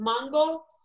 mango